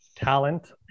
talent